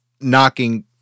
knocking